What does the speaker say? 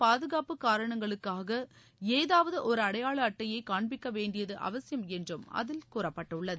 பாதுகாப்பு காரணங்களுக்காக ஏதாவது ஒரு அடையாள அட்டையை காண்பிக்க வேண்டியது அவசியம் என்றும் அதில் கூறப்பட்டுள்ளது